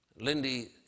Lindy